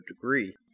degree